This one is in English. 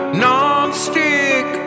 nonstick